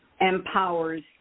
empowers